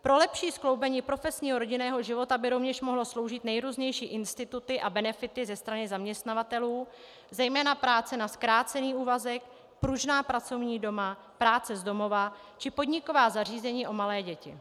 Pro lepší skloubení profesního a rodinného života by rovněž mohly sloužit nejrůznější instituty a benefity ze strany zaměstnavatelů, zejména práce na zkrácený úvazek, pružná pracovní doba, práce z domova či podniková zařízení pro malé děti.